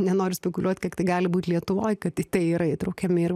nenoriu spekuliuot kiek tai gali būt lietuvoj kad į tai yra įtraukiami ir